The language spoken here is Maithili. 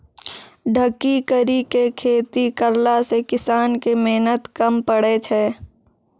ढकी करी के खेती करला से किसान के मेहनत कम पड़ै छै